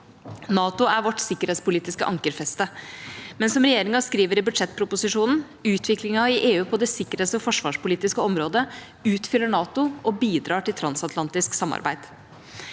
NATO er vårt sikkerhetspolitiske ankerfeste, men som regjeringa skriver i budsjettproposisjonen: Utviklingen i EU på det sikkerhets- og forsvarspolitiske området utfyller NATO og bidrar til transatlantisk samarbeid.